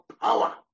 power